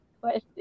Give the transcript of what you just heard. question